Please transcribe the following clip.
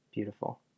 Beautiful